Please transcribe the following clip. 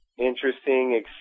interesting